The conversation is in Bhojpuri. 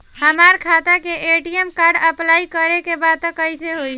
हमार खाता के ए.टी.एम कार्ड अप्लाई करे के बा कैसे होई?